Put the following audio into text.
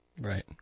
Right